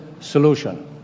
solution